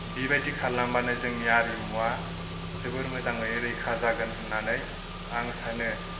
बिबायदि खालामबानो जोंनि आरिमुआ जोबोर मोजाङै रैखा जागोन होननानै आं सानो